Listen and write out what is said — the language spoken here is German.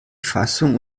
fassung